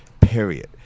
period